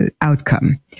outcome